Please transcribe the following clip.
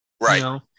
Right